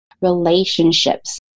relationships